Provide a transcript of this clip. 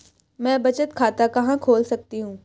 मैं बचत खाता कहां खोल सकती हूँ?